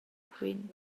quen